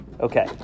Okay